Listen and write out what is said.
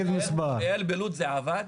בלוד זה עבד?